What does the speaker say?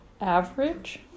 average